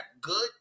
good